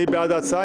מי בעד ההצעה?